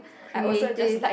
creative